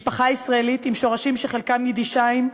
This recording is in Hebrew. משפחה ישראלית עם שורשים שחלקם יידישאיים,